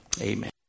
Amen